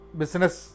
business